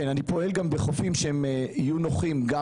אני פועל גם בחופים שיהיו נוחים גם